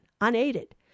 unaided